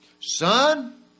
Son